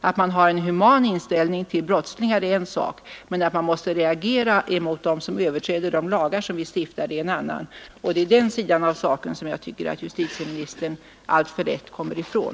Att man har en human inställning till brottslingar är en sak, att man måste reagera mot dem som överträder de lagar vi stiftar är en annan sak. Det är den sidan av problemet som justitieministern alltför lätt söker komma ifrån.